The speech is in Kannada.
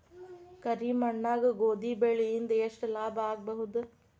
ಕರಿ ಮಣ್ಣಾಗ ಗೋಧಿ ಬೆಳಿ ಇಂದ ಎಷ್ಟ ಲಾಭ ಆಗಬಹುದ?